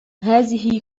هذه